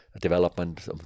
development